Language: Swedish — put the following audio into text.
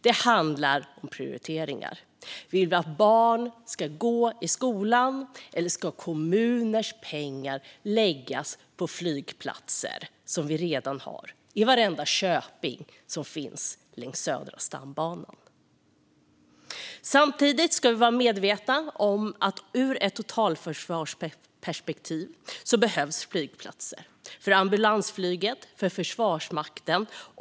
Det handlar om prioriteringar. Vill vi att barn ska gå i skolan? Eller ska kommuners pengar läggas på flygplatser, som vi redan har, i varenda köping längs södra stambanan? Samtidigt ska vi vara medvetna om att flygplatser behövs ur ett totalförsvarsperspektiv. De behövs för ambulansflyget och för Försvarsmakten.